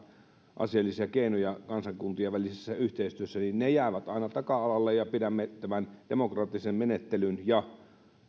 epäasiallisia keinoja kansakuntien välisessä yhteistyössä ne jäävät aina taka alalle ja pidämme tämän demokraattisen menettelyn ja